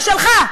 ושלך,